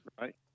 right